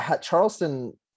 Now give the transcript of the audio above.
charleston